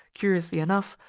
curiously enough,